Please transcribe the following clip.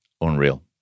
Unreal